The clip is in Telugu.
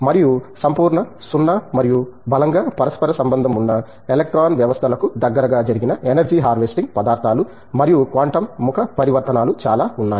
మరియు సంపూర్ణ 0 మరియు బలంగా పరస్పర సంబంధం ఉన్న ఎలక్ట్రాన్ వ్యవస్థలకు దగ్గర గా జరిగిన ఎనర్జీ హార్వెస్టింగ్ పదార్థాలు మరియు క్వాంటం ముఖ పరివర్తనాలు చాలా ఉన్నాయి